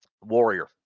Warrior